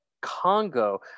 Congo